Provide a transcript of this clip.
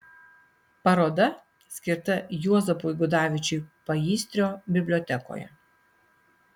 paroda skirta juozapui gudavičiui paįstrio bibliotekoje